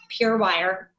PureWire